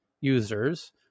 users